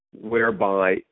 whereby